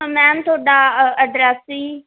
ma'am ਤੁਹਾਡਾ uh address ਜੀ